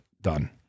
done